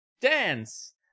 dance